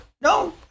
no